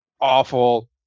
awful